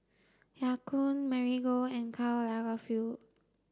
Ya Kun Marigold and Karl Lagerfeld